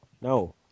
no